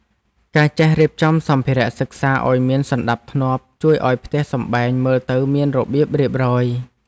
ការចេះរៀបចំសម្ភារៈសិក្សាឱ្យមានសណ្តាប់ធ្នាប់ជួយឱ្យផ្ទះសម្បែងមើលទៅមានរបៀបរៀបរយ។